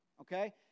Okay